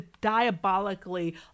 diabolically